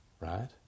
Right